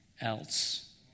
else